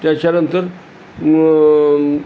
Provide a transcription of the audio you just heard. त्याच्यानंतर मग